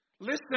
Listen